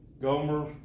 Gomer